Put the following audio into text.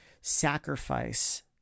sacrifice